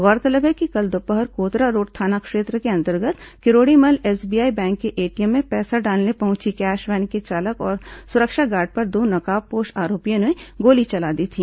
गौरतलब है कि कल दोपहर कोतरा रोड थाना क्षेत्र के अंतर्गत किरोड़ीमल एसबीआई बैंक के एटीएम में पैसा डालने पहुंची कैश वैन के चालक और सुरक्षा गार्ड पर दो नकाबपोश आरोपियों ने गोली चला दी थी